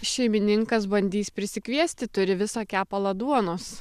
šeimininkas bandys prisikviesti turi visą kepalą duonos